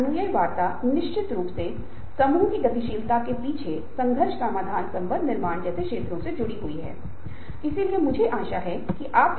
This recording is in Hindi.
यदि व्यक्ति को लगता है कि पदोन्नति मिलने से मुझे सामाजिक मान्यता मिल जाएगी तो मेरी वित्तीय स्थिति में सुधार होगा और इसी तरह इसका मतलब यह है कि संयुजता मिल गई है इसे सकारात्मक मूल्य मिल गया है